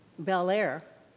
bel air,